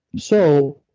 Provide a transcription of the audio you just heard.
so,